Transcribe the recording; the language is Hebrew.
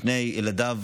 ששני ילדיו